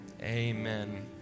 amen